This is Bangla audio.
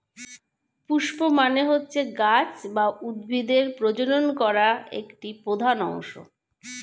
পুস্প মানে হচ্ছে গাছ বা উদ্ভিদের প্রজনন করা একটি প্রধান অংশ